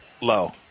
low